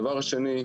הדבר השני,